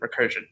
recursion